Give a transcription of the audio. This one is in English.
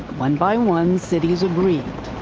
one by one, cities agreed.